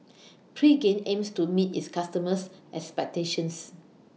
Pregain aims to meet its customers' expectations